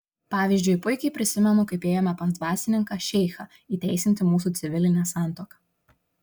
pavyzdžiui puikiai prisimenu kaip ėjome pas dvasininką šeichą įteisinti mūsų civilinę santuoką